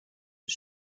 des